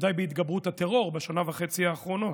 בוודאי בהתגברות הטרור בשנה וחצי האחרונות,